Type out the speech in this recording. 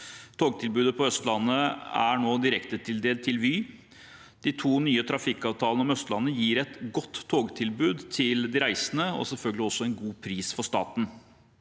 Togtilbudet på Østlandet er nå direktetildelt til Vy. De to nye trafikkavtalene på Østlandet gir et godt togtilbud til de reisende, og selvfølgelig også en god pris for staten.